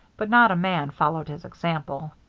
but not a man followed his example.